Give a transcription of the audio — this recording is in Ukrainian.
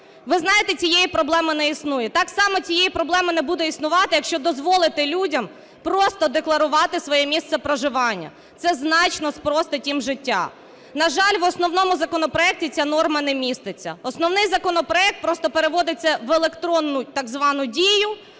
Ви знаєте, цієї проблеми не існує. Так само цієї проблеми не буде існувати, якщо дозволити людям просто декларувати своє місце проживання. Це значно спростить їм життя. На жаль, в основному законопроекті ця норма не міститься. Основний законопроект просто переводиться це в електронну так звану дію,